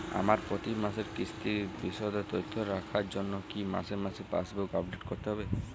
আমার প্রতি মাসের কিস্তির বিশদ তথ্য রাখার জন্য কি মাসে মাসে পাসবুক আপডেট করতে হবে?